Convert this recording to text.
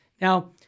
Now